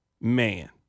man